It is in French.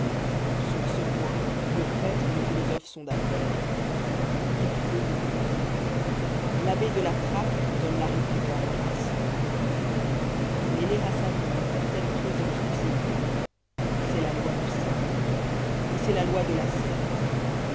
sur ce point le prêtre et le philosophe sont d'accord il faut mourir l'abbé de la trappe donne la réplique à horace mêler à sa vie une certaine présence du sépulcre c'est la loi du sage et c'est la loi de l'ascète